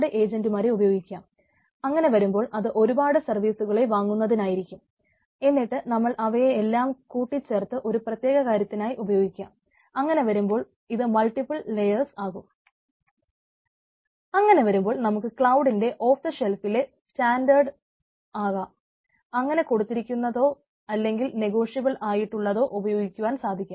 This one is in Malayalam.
അങ്ങനെ വരുമ്പോൾ നമുക്ക് ക്ലൌഡിന്റെ ഓഫ് ദ ഷെൽഫിലെ സ്റ്റാന്ററ്റേഡ് ആകാം അല്ലെങ്കിൽ കൊടുത്തിരിക്കുന്നതോ അല്ലെങ്കിൽ നെഗോഷ്യബിള് ആയിട്ടുള്ളതോ ഉപയോഗിക്കുവാൻ സാധിക്കും